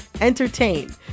entertain